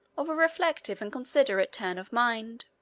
of a reflective and considerate turn of mind.